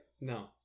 No